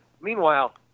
meanwhile